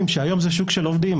עובדים היום זה שוק של עובדים,